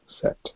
set